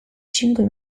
cinque